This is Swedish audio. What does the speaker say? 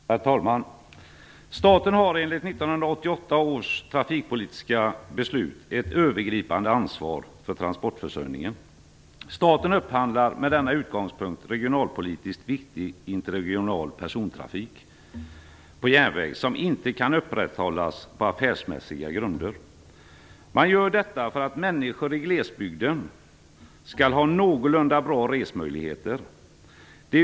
Herr talman! Staten har enligt 1988 års trafikpolitiska beslut ett övergripande ansvar för transportförsörjningen. Staten upphandlar med denna utgångspunkt regionalpolitiskt viktig interregional persontrafik på järnväg som inte kan upprätthållas på affärsmässiga grunder. Detta gör man för att människor i glesbygden skall ha någorlunda bra resmöjligheter.